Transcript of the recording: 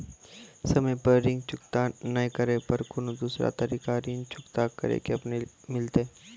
समय पर ऋण चुकता नै करे पर कोनो दूसरा तरीका ऋण चुकता करे के मिलतै?